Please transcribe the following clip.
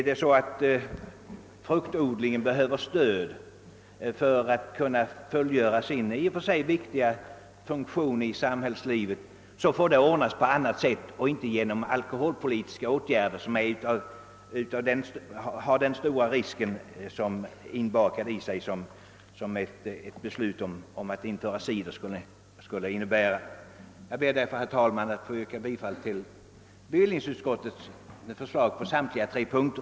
Om fruktodlingen behöver stöd för att kunna fullgöra sin i och för sig viktiga funktion i samhällslivet, så får den saken ordnas på annat sätt och inte genom alkoholpolitiska åtgärder, som medför så stora risker som ett beslut att införa cider skulle innebära. Herr talman! Jag ber att få yrka bifall till utskottets hemställan på samtliga tre punkter.